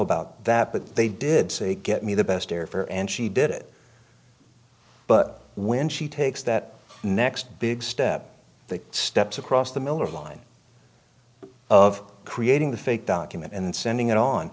about that but they did say get me the best airfare and she did it but when she takes that next big step the steps across the miller line of creating the fake document and sending it on